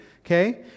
okay